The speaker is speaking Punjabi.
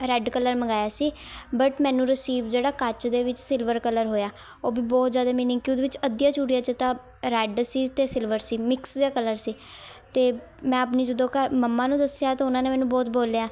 ਰੈੱਡ ਕਲਰ ਮੰਗਵਾਇਆ ਸੀ ਬਟ ਮੈਨੂੰ ਰਿਸੀਵ ਜਿਹੜਾ ਕੱਚ ਦੇ ਵਿੱਚ ਸਿਲਵਰ ਕਲਰ ਹੋਇਆ ਉਹ ਵੀ ਬਹੁਤ ਜ਼ਿਆਦਾ ਮੀਨਿੰਗ ਕਿ ਉਹਦੇ ਵਿੱਚ ਅੱਧੀਆਂ ਚੂੜੀਆਂ 'ਚ ਤਾਂ ਰੈੱਡ ਸੀ ਅਤੇ ਸਿਲਵਰ ਸੀ ਮਿਕਸ ਜਿਹਾ ਕਲਰ ਸੀ ਅਤੇ ਮੈਂ ਆਪਣੀ ਜਦੋਂ ਘਰ ਮੰਮਾ ਨੂੰ ਦੱਸਿਆ ਤਾਂ ਉਹਨਾਂ ਨੇ ਮੈਨੂੰ ਬਹੁਤ ਬੋਲਿਆ